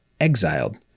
exiled